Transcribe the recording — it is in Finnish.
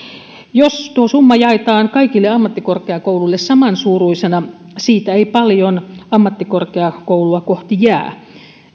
jos tuo summa jaetaan kaikille ammattikorkeakouluille samansuuruisena siitä ei paljon ammattikorkeakoulua kohti jää